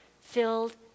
filled